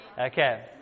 Okay